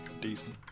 Decent